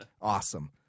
awesome